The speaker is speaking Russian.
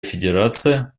федерация